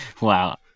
Wow